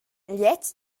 gliez